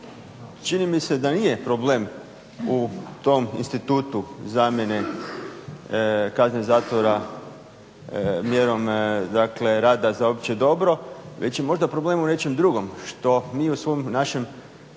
Čini mi se da nije problem u tom institutu zamjene kazne zatvora mjerom rada za opće dobro već je možda problem u nečem drugom, što mi u svom našem